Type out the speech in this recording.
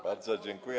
Bardzo dziękuję.